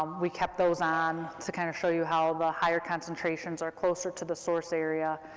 um we kept those on to kind of show you how the higher concentrations are closer to the source area,